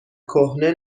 کهنه